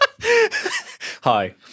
Hi